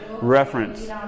reference